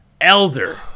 Elder